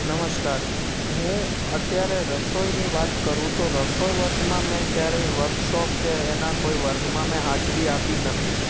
નમસ્કાર હું અત્યારે રસોઈની વાત કરું તો રસોઈ વર્ગમાં મેં ક્યારેય વર્કશોપ કે એના કોઈ વર્ગમાં મેં હાજરી આપી નથી